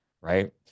right